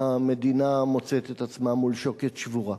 המדינה מוצאת את עצמה מול שוקת שבורה.